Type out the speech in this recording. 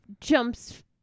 jumps